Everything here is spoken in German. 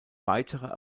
weitere